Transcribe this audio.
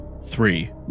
Three